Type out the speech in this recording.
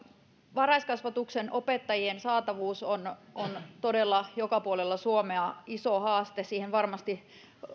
varhaiskasvatuksen opettajien saatavuus on on todella joka puolella suomea iso haaste siihen varmasti